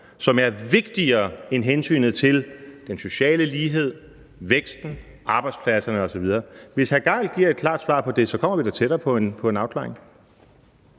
som er vigtigere end hensynet til den sociale lighed, væksten, arbejdspladserne osv.? Hvis hr. Torsten Gejl giver et klart svar på det, kommer vi da tættere på en afklaring.